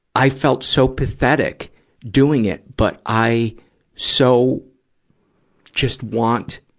i felt so pathetic doing it. but, i so just want,